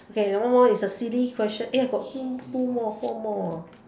okay then one more is the silly question eh got two two more four more ah